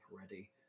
ready